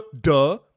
duh